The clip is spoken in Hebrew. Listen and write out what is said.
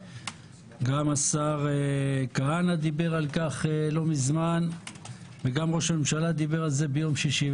גם השר כהנא דיבר על זה לא מזמן וגם ראש הממשלה דיבר על זה ביום שישי.